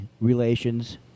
relations